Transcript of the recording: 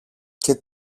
και